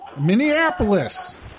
Minneapolis